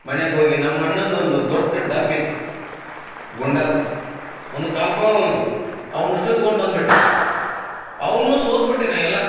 ಮನ್ಯಾಗ ಹೋಗಿ ನಮ್ಮಣ್ಣಂದು ಒಂದು ದೊಡ್ಡ ಡಬ್ಬಿ ಇತ್ತ ಗುಂಡದ್ದ ಒಂದು ಕಾಲು ಪಾವು ಇದ್ದವು ಅವುನ್ನ ಅಷ್ಟು ತೊಗೊಂಡು ಬನ್ಬಿಟ್ಟೆ ಅವುನ್ನು ಸೋತ್ಬಿಟ್ಟೆ ನಾ ಎಲ್ಲ